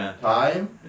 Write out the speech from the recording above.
time